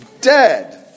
dead